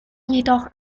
jedoch